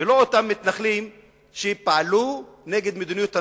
ולא אותם מתנחלים שפעלו נגד מדיניות הממשלה.